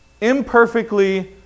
imperfectly